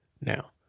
now